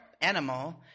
animal